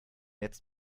jetzt